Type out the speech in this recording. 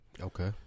Okay